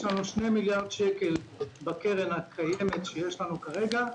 יש לנו 2 מיליארד שקל בקרן הקיימת שיש לנו כרגע.